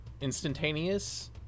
instantaneous